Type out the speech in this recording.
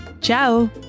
Ciao